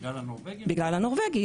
בגלל הנורבגי?